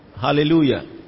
Hallelujah